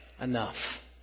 enough